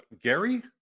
Gary